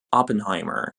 oppenheimer